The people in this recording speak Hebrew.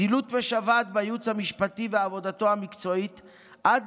זילות משוועת בייעוץ המשפטי ועבודתו המקצועית עד